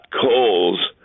coals